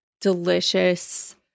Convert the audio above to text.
delicious